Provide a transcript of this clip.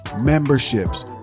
memberships